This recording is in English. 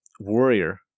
Warrior